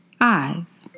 eyes